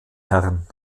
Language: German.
herrn